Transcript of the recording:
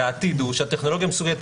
העתיד הוא שהטכנולוגיה מסוגלת,